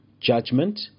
judgment